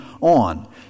on